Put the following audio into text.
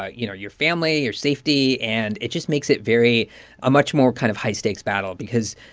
ah you know, your family, your safety. and it just makes it very a much more kind of high-stakes battle because,